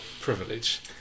privilege